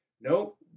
nope